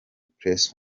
press